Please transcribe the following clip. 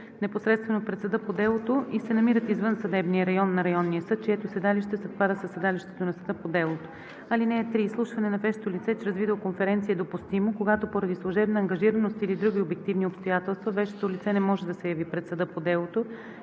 непосредствено пред съда по делото и се намират извън съдебния район на районния съд, чието седалище съвпада със седалището на съда по делото. (3) Изслушване на вещо лице чрез видеоконференция е допустимо, когато поради служебна ангажираност или други обективни обстоятелства, вещото лице не може да се яви пред съда по делото